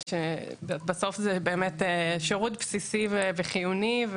בסוף זה שירות בסיסי וחיוני,